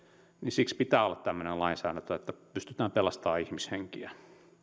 siksi pitää olla tämmöinen lainsäädäntö että pystytään pelastamaan ihmishenkiä